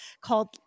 called